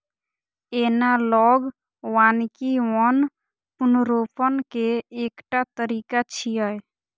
analogue वानिकी वन पुनर्रोपण के एकटा तरीका छियै